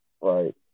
Right